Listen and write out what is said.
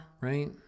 Right